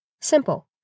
Simple